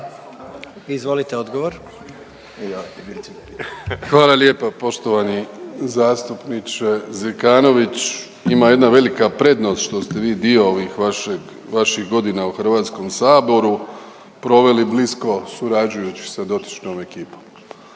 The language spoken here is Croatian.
Andrej (HDZ)** Hvala lijepa poštovani zastupniče Zekanović. Ima jedna velika prednost što ste vi dio ovih vaših godina u Hrvatskom saboru proveli blisko surađujući sa dotičnom ekipom.